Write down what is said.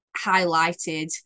highlighted